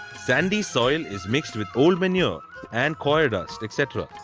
sandy soil is mixed with old manure and coir dust etc.